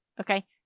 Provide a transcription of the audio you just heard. Okay